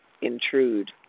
Intrude